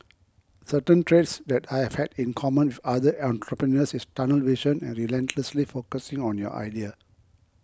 certain traits that I have had in common with other entrepreneurs is tunnel vision and relentlessly focusing on your idea